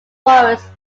forests